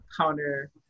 counter